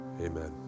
Amen